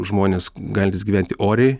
žmonės galintys gyventi oriai